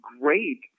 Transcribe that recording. great